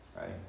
Right